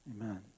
Amen